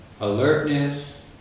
alertness